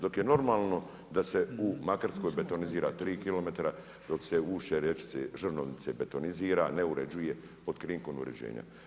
Dok je normalno da se u Makarskoj botanizira 3 km, dok se ušće rječice Žrnovnice botanizira, ne uređuje pod krinkom uređenja.